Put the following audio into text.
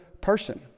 person